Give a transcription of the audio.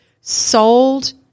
sold